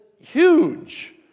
huge